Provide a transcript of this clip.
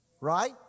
right